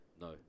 No